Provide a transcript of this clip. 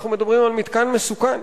אנחנו מדברים על מתקן מסוכן.